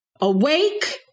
awake